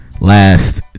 last